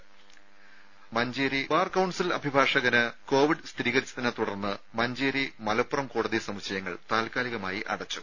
ദേഴ മഞ്ചേരി ബാർ കൌൺസിലിലെ അഭിഭാഷകന് കോവിഡ് സ്ഥിരീകരിച്ചതിനെത്തുടർന്ന് മഞ്ചേരി മലപ്പുറം കോടതി സമുച്ചയങ്ങൾ താൽക്കാലികമായി അടച്ചു